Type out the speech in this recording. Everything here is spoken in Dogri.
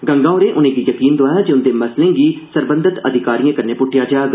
गंगा होरें उनें'गी यकीन दोआया जे उंदे मसलें गी सरबंधत अधिकारिए कन्नै पुट्टेआ जाग